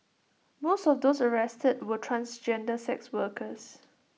most of those arrested were transgender sex workers